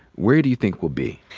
where do you think we'll be?